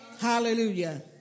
Hallelujah